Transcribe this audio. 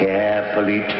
Carefully